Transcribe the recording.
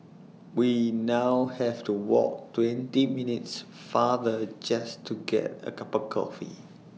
we now have to walk twenty minutes farther just to get A cup of coffee